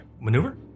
maneuver